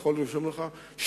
אתה יכול לרשום לך,